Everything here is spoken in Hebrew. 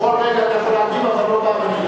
בכל רגע אתה יכול להגיב, אבל לא במליאה.